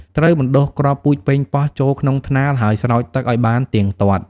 ត្រូវបណ្ដុះគ្រាប់ពូជប៉េងប៉ោះចូលក្នុងថ្នាល ហើយស្រោចទឹកឲ្យបានទៀងទាត់។